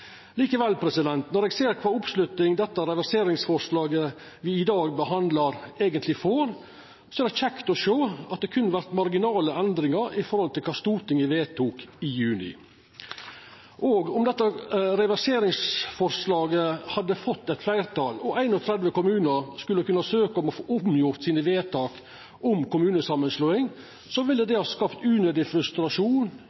Likevel, når eg ser kva oppslutning dette reverseringsforslaget me i dag behandlar, eigentleg får, er det kjekt å sjå at det berre vert marginale endringar i forhold til kva Stortinget vedtok i juni. Og om dette reverseringsforslaget hadde fått fleirtal og 31 kommunar skulle kunna søkja om å få omgjort vedtaket om kommunesamanslåing, ville